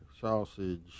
sausage